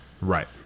Right